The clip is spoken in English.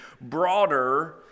broader